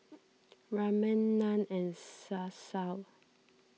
Ramen Naan and Salsa